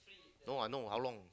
no I know how long